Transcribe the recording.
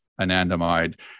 anandamide